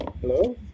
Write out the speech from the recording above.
Hello